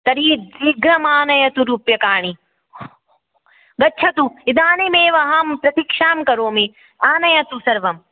तर्हि शीघ्रम् आनयतु रूप्यकाणि गच्छतु इदानीमेव अहं प्रतीक्षां करोमि आनयतु सर्वम्